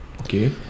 okay